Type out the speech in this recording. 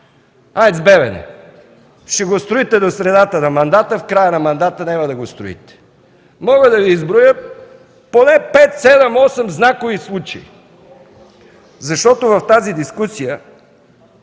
„Белене” – ще го строите до средата на мандата, в края на мандата – няма да го строите. Мога да Ви изброя поне 5, 7, 8 знакови случаи. В тази дискусия